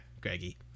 Greggy